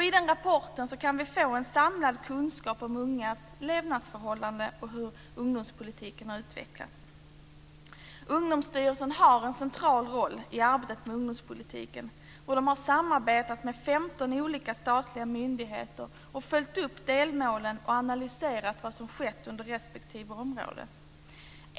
I den rapporten kan vi få en samlad kunskap om ungas levnadsförhållanden och hur ungdomspolitiken har utvecklats. Ungdomsstyrelsen har en central roll i arbetet med ungdomspolitiken. Den har samarbetat med 15 olika statliga myndigheter, följt upp delmålen och analyserat vad som skett under respektive område.